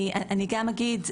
אני גם אגיד,